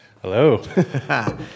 Hello